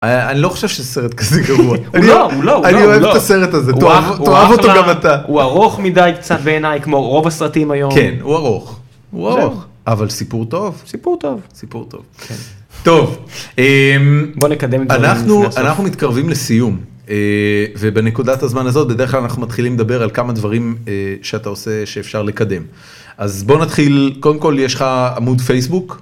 אני לא חושב שסרט כזה גרוע... - הוא לא, הוא לא, הוא לא... - אני אוהב את הסרט הזה, תאהב אותו גם אתה. - הוא ארוך מידי קצת בעיניי, כמו רוב הסרטים היום... - כן הוא ארוך, אבל סיפור טוב - סיפור טוב - סיפור טוב - טוב, בוא נקדם - אנחנו מתקרבים לסיום, ובנקודת הזמן הזאת בדרך כלל אנחנו מתחילים לדבר על כמה דברים שאתה עושה שאפשר לקדם, אז בוא נתחיל קודם כל יש לך עמוד פייסבוק...